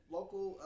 local